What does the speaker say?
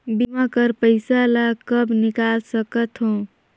बीमा कर पइसा ला कब निकाल सकत हो?